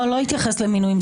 לא התייחס למינויים.